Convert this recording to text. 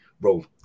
bro